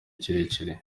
kirekire